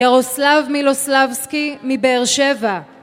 ירוסלב מילוסלבסקי, מבאר שבע